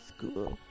School